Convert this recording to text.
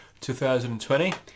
2020